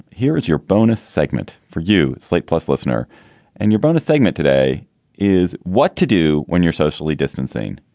here is your bonus segment for you. slate plus listener and your bonus segment today is what to do when you're socially distancing.